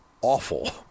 awful